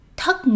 thất